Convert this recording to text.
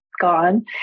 gone